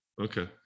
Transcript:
Okay